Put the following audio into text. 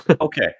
Okay